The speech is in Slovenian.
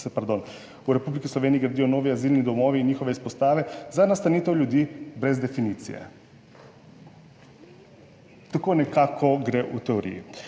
V Republiki Sloveniji gradijo novi azilni domovi in njihove izpostave za nastanitev ljudi brez definicije. Tako nekako gre v teoriji,